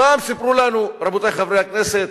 פעם סיפרו לנו, רבותי חברי הכנסת,